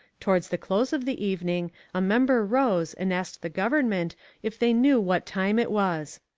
towards the close of the evening a member rose and asked the government if they knew what time it was.